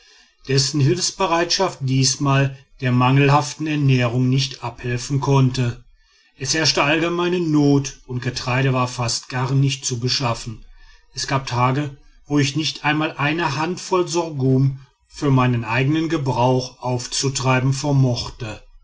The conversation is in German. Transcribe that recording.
dessen hilfsbereitschaft diesmal der mangelhaften ernährung nicht abhelfen konnte es herrschte allgemeine not und getreide war fast gar nicht zu beschaffen es gab tage wo ich nicht einmal eine handvoll sorghum für meinen eigenen gebrauch aufzutreiben vermochte